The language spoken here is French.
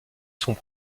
sont